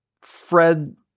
Fred